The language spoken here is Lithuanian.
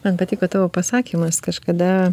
man patiko tavo pasakymas kažkada